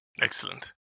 Excellent